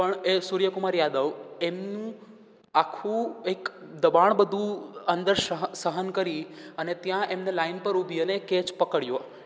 પણ એ સુર્ય કુમાર યાદવ એમનું આખું એક દબાણ બધું અંદર શહ સહન કરી અને ત્યાં એમને લાઇન પર ઊભી અને કેચ પકડ્યો